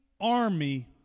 army